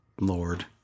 lord